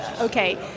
okay